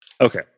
okay